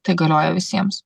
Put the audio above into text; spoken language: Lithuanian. tai galioja visiems